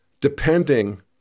depending